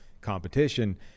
competition